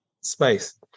space